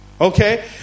Okay